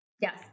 Yes